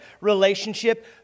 relationship